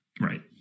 Right